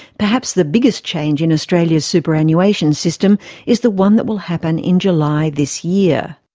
perhaps the biggest change in australia's superannuation system is the one that will happen in july this year.